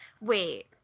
Wait